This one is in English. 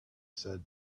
said